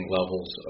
levels